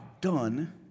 done